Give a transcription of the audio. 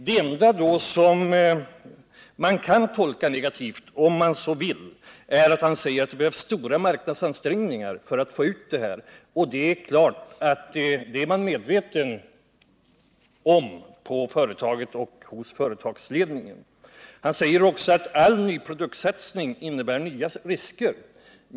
Det enda man kan tolka negativt, om man så vill, är att han säger att det behövs stora marknadsansträngningar för att få ut produkten. Det är man givetvis medveten om hos företagsledningen och på företaget i övrigt. Han säger också att all nyproduktsatsning innebär nya risker.